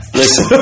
listen